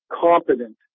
competent